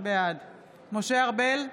בעד משה ארבל,